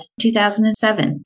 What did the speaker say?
2007